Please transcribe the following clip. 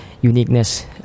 uniqueness